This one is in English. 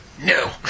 No